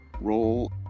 roll